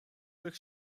цих